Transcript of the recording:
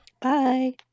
Bye